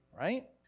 right